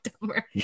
dumber